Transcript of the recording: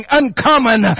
uncommon